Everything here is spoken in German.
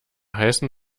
heißen